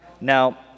Now